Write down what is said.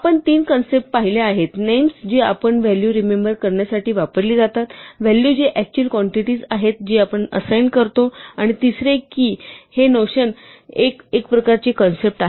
आपण तीन कन्सेप्ट्स पाहिल्या आहेत नेम्स जी आपण व्हॅलू रिमेम्बर करण्यासाठी वापरली जातात व्हॅलू जी अक्चुअल क्वांटिटीझ आहेत जी आपण असाइन करतो आणि तिसरे हे कि नोशन हि एक प्रकारची कन्सेप्ट् आहे